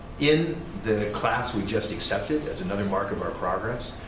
in the class we just accepted, as another mark of our progress,